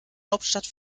hauptstadt